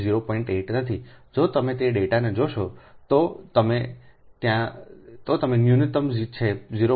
8 નથી જો તમે તે ડેટાને જોશો તો જો તમે ન્યુનતમ છે 0